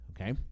Okay